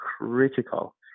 critical